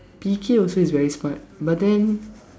P K also is very smart but then